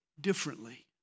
differently